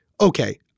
okay